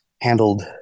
handled